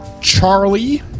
Charlie